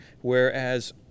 whereas